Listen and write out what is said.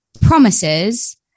promises